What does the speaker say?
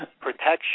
protection